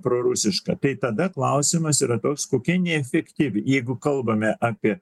prorusiška tai tada klausimas yra toks kokia neefektyvi jeigu kalbame apie